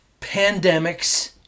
Pandemics